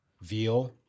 veal